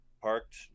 parked